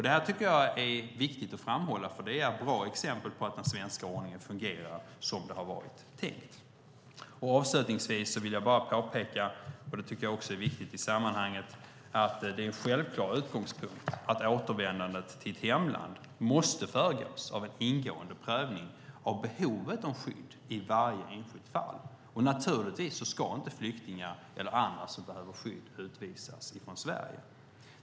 Detta tycker jag är viktigt att framhålla, för det är bra exempel på att den svenska ordningen fungerar som det har varit tänkt. Avslutningsvis vill jag bara påpeka något jag också tycker är viktigt i sammanhanget, nämligen att det är en självklar utgångspunkt att återvändandet till ett hemland måste föregås av en ingående prövning av behovet av skydd i varje enskilt fall. Naturligtvis ska inte flyktingar eller andra som behöver skydd utvisas från Sverige.